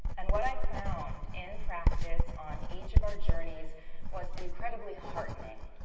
and what i found in practice on each of our journeys was incredibly heartening.